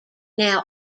now